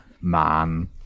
man